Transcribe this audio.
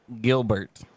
gilbert